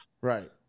Right